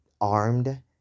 armed